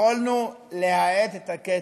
יכולנו להאט את הקצב,